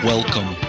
Welcome